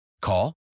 Call